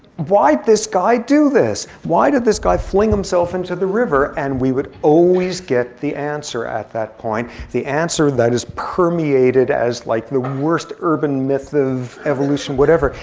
why'd this guy do this? why did this guy fling himself into the river? and we would get the answer at that point. the answer that is permeated as, like, the worst urban myth of evolution. whatever.